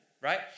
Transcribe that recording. right